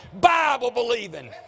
Bible-believing